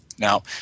Now